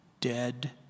dead